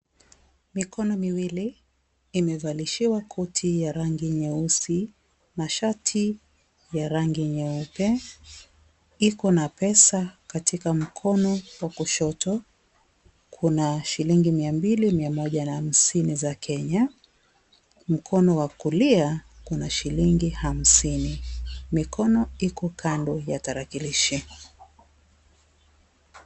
Mikono miwili imevalishiwa koti ya rangi nyeusi na shati ya rangi nyeupe. Iko na pesa katika mkono wa kushoto. Kuna shilingi miambili miamaja na hamsini za Kenya. Mikono wa kulia kuna shilingi hamsini. Mikono iku kando ya tarakilishi.